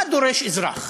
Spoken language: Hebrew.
מה דורש אזרח,